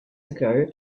ago